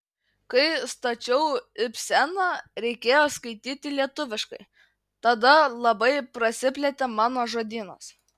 kai stačiau ibseną reikėjo skaityti lietuviškai tada labai prasiplėtė mano žodynas